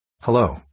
Hello